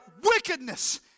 wickedness